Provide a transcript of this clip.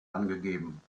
angegeben